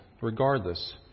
Regardless